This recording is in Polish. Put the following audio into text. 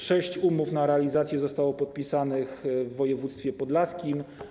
Sześć umów na realizację zostało podpisanych w województwie podlaskim.